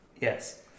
Yes